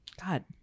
god